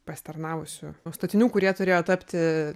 pasitarnavusių statinių kurie turėjo tapti